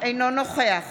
אינו נוכח